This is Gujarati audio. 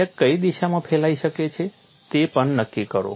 ક્રેક કઈ દિશામાં ફેલાઈ શકે છે તે પણ નક્કી કરો